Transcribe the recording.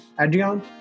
Adrian